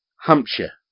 Hampshire